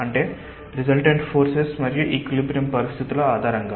అంటే resultant forces మరియు equilibrium పరిస్థితిల ఆధారంగా